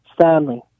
Stanley